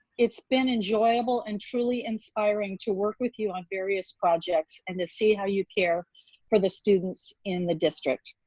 it's been enjoyable and truly inspiring to work with you on various projects and to see how you care for the students in the district.